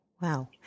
Wow